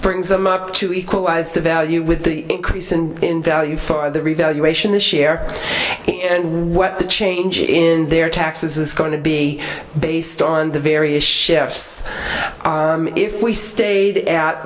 brings them up to equalize the value with the increase and in value for the revaluation this year and what the change in their taxes is going to be based on the various shifts if we stayed at